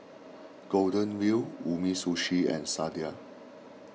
Golden Wheel Umisushi and Sadia